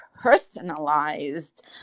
personalized